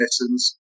lessons